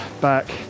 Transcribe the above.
back